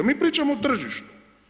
Mi pričamo o tržištu.